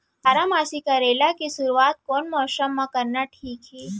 बारामासी करेला के शुरुवात कोन मौसम मा करना ठीक हे?